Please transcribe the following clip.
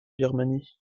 birmanie